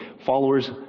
followers